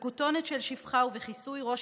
בכותונת של שפחה ובכיסוי ראש,